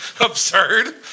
absurd